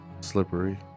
slippery